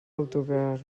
autocar